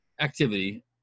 activity